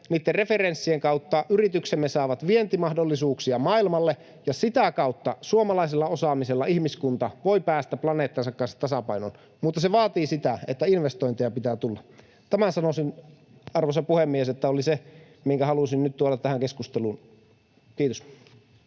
niitten referenssien kautta yrityksemme saavat vientimahdollisuuksia maailmalle ja sitä kautta suomalaisella osaamisella ihmiskunta voi päästä planeettansa kanssa tasapainoon, mutta se vaatii sitä, että investointeja pitää tulla. Tämä, sanoisin, arvoisa puhemies, oli se, minkä halusin nyt tuoda tähän keskusteluun. — Kiitos.